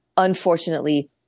Unfortunately